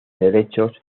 derechos